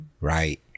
Right